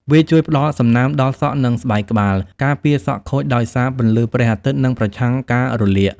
វាជួយផ្តល់សំណើមដល់សក់ និងស្បែកក្បាល ការពារសក់ខូចដោយសារពន្លឺព្រះអាទិត្យ និងប្រឆាំងការរលាក។